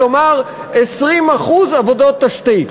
כלומר 20% עבודות תשתית.